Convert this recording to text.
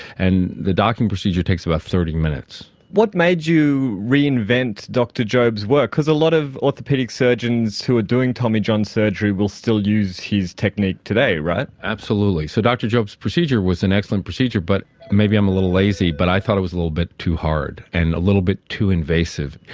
and the docking procedure takes about thirty minutes. what made you reinvent dr jobe's work, because a lot of orthopaedic surgeons who are doing tommy john surgery will still use his technique today, right? absolutely. so dr jobe's procedure was an excellent procedure, but maybe i am a little lazy but i thought it was a little bit too hard and a little bit too invasive.